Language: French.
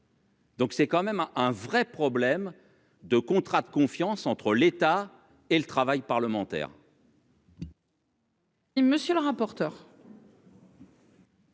Donc c'est quand même un vrai problème de contrat de confiance entre l'État et le travail parlementaire.